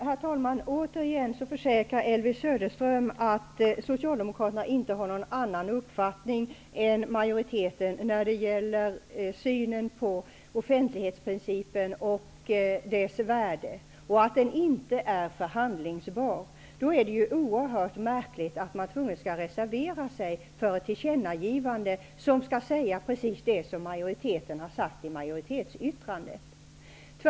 Herr talman! Elvy Söderström försäkrar återigen att Socialdemokraterna inte har någon annan uppfattning än majoriteten när det gäller synen på offentlighetsprincipen och dess värde och att den inte är förhandlingsbar. Då är det oerhört märkligt att man tvunget skall reservera sig för ett tillkännagivande som skall säga precis det som majoriteten har sagt i majoritetsyttrandet.